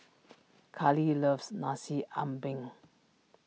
Karlee loves Nasi Ambeng